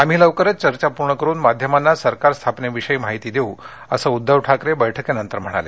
आम्ही लवकरच चर्चा पूर्ण करुन माध्यमांना सरकार स्थापनेविषयी माहिती देऊ असं उद्धव ठाकरे बैठकीनंतर म्हणाले